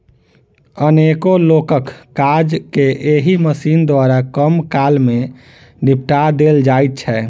अनेको लोकक काज के एहि मशीन द्वारा कम काल मे निपटा देल जाइत छै